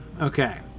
Okay